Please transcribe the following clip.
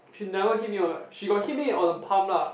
she never hit me on the she got hit me on the palm lah